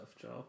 job